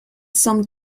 some